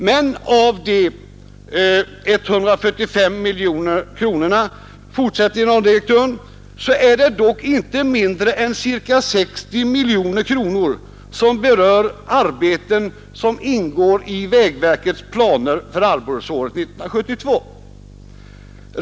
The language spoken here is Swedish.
Men av de 145 miljonerna är det dock inte mindre än ca 60 miljoner kronor som berör arbeten som ingår i vägverkets planer för arbetsåret 1972.